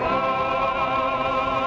oh